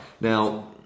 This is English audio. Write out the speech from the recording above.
Now